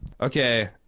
Okay